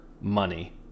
money